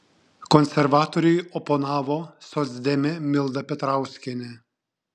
konservatoriui oponavo socdemė milda petrauskienė